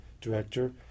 director